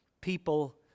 people